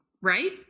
right